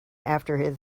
after